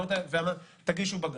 תגישו בג"ץ.